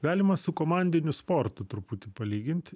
galima su komandiniu sportu truputį palygint